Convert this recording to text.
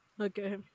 Okay